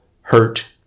hurt